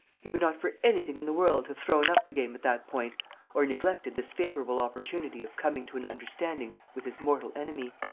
he would not for anything in the world have thrown up the game at that point or neglected this favourable opportunity of coming to an understanding with his mortal enemy.